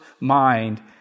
mind